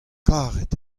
karet